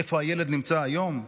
איפה הילד נמצא היום?